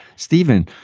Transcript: stephen,